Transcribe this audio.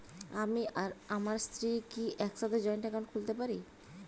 আমি আর আমার স্ত্রী কি একসাথে জয়েন্ট অ্যাকাউন্ট খুলতে পারি?